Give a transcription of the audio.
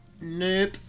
Nope